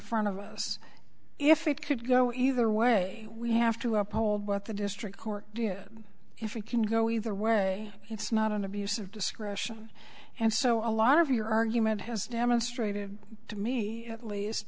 front of us if it could go either way we have to uphold what the district court did if we can go either way it's not an abuse of discretion and so a lot of your argument has demonstrated to me at least